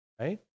Right